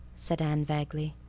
said anne vaguely.